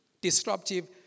disruptive